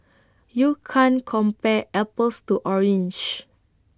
you can't compare apples to oranges